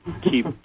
keep